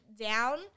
down